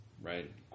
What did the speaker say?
right